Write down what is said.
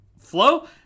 flow